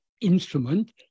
instrument